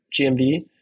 GMV